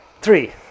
Three